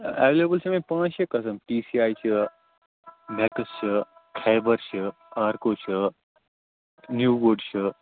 available چھِ مےٚ پانٛژھ شےٚ قٕسٕم ٹی سی آی چھِ مٮ۪کٕس چھِ خیبَر چھِ آرکو چھِ نِو وُڈ چھِ